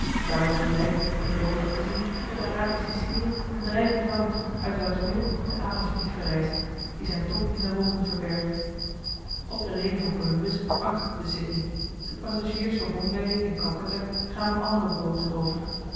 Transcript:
daardoor gelijkt van de boot afgezien het arabisch sicilië een drijvend woud uit welks midden de adamspiek verrijst die zijn top in de wolken verbergt op de reede van columbus ankert de sydney de passagiers v o o r bombay en calcutta gaan op andere booten over